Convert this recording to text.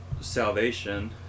salvation